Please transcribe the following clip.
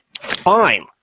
fine